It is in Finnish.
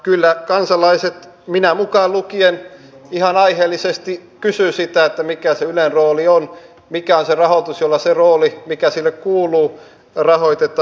kyllä kansalaiset minä mukaan lukien ihan aiheellisesti kysyvät sitä mikä se ylen rooli on mikä on se rahoitus jolla se rooli mikä sille kuuluu rahoitetaan